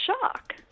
shock